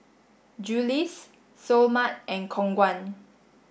Julie's Seoul Mart and Khong Guan